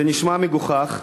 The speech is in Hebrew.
זה נשמע מגוחך.